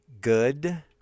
good